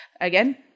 again